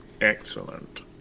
excellent